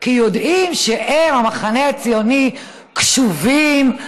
כי הם יודעים שהמחנה הציוני קשובים,